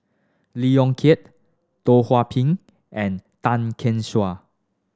Lee Yong Kiat Teo Ho Pin and Tan Gek Suan